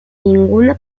ninguna